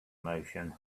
motion